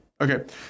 Okay